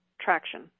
traction